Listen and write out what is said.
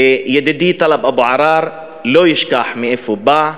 וידידי טלב אבו עראר לא ישכח מאיפה הוא בא,